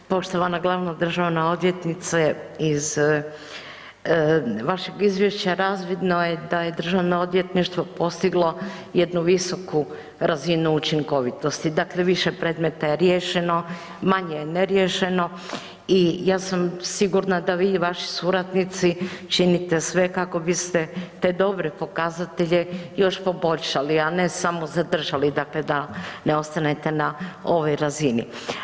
Poštovana glavna državna odvjetnice, iz vašeg izvješća razvidno je da je Državno odvjetništvo postiglo jednu visoku razinu učinkovitosti, dakle više predmeta je riješeno, manje je neriješeno i ja sam sigurna da vi i vaši suradnici činite sve kako biste te dobre pokazatelje još poboljšali a ne samo zadržali, dakle da ne ostanete na ovoj razini.